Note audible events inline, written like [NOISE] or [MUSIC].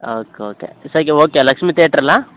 oak okay [UNINTELLIGIBLE] okay Lakshmi theatre ಅಲ್ಲಾ